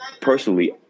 personally